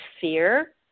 fear